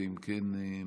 ואם כן,